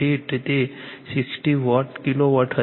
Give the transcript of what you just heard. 8 તે 60KW હતી